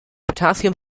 potassium